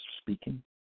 speaking